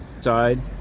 side